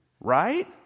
Right